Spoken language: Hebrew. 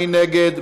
מי נגד?